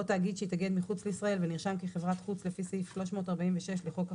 תאגיד שהתאגד מחוץ לישראל ונרשם כחברת חוץ לפי סעיף 346 לחוק החברות,